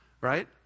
right